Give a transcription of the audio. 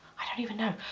i don't even know.